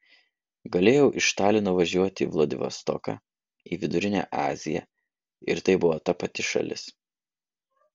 galėjau iš talino važiuoti į vladivostoką į vidurinę aziją ir tai buvo ta pati šalis